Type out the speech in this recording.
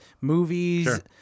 movies